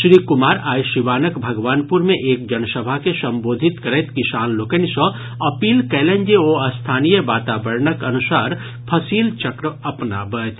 श्री कुमार आइ सीवानक भगवानपुर मे एक जनसभा के संबोधित करैत किसान लोकनि सॅ अपील कयलनि जे ओ स्थानीय वातावरणक अनुसार फसिल चक्र अपनाबथि